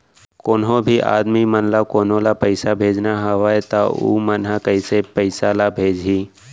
कोन्हों भी आदमी मन ला कोनो ला पइसा भेजना हवय त उ मन ह कइसे पइसा ला भेजही?